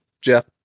Jeff